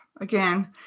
again